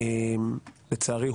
לצערי,